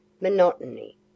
monotony